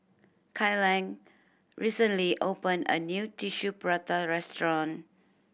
Kyleigh recently opened a new Tissue Prata restaurant